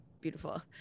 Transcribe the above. Beautiful